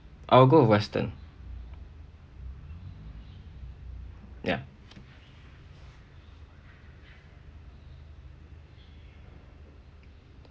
I'll go with western ya